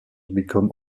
become